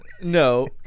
No